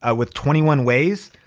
ah with twenty one ways,